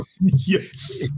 Yes